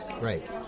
Right